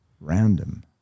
Random